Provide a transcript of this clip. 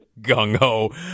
Gung-Ho